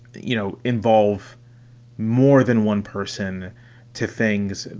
you know, involve more than one person to things,